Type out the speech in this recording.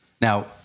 Now